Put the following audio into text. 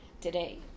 today